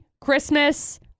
Christmas